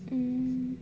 mm